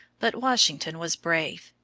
but washington was brave,